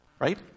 Right